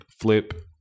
flip